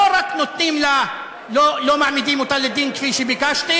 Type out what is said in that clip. לא רק לא מעמידים אותה לדין כפי שביקשתי,